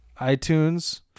iTunes